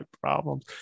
problems